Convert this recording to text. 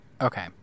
Okay